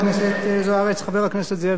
חבר הכנסת זאב בילסקי, בבקשה.